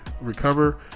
recover